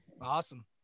Awesome